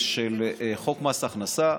חוק מס הכנסה,